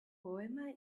poema